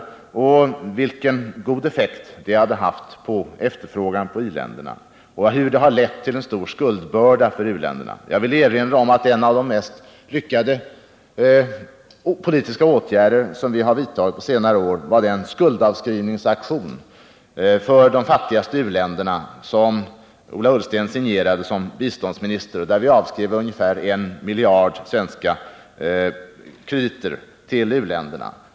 Han framhöll vilken god effekt detta hade haft på efterfrågan i i-länderna och att det lett till en stor skuldbörda för u-länderna. Jag vill erinra om att en av de mest lyckade politiska åtgärder som vi har vidtagit på senare år var den skuldavskrivningsaktion för de fattigaste uländerna som Ola Ullsten signerade såsom biståndsminister. Vi avskrev ungefär I miljard kronor i svenska krediter till u-länderna.